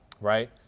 right